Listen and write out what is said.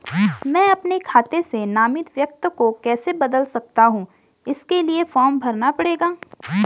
मैं अपने खाते से नामित व्यक्ति को कैसे बदल सकता हूँ इसके लिए फॉर्म भरना पड़ेगा?